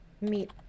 meet